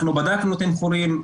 אנחנו בדקנו תמחורים,